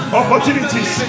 opportunities